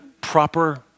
proper